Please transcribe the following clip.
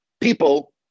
People